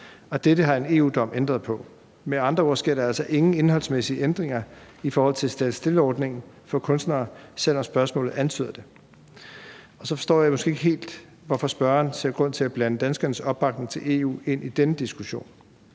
og dette har en EU-dom ændret på. Med andre ord sker der altså ingen indholdsmæssige ændringer i forhold til stand still-ordningen for kunstnere, selv om spørgsmålet antyder det. Så forstår jeg måske ikke helt, hvorfor spørgeren ser grund til at blande danskernes opbakning til EU ind i denne diskussion.